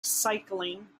cycling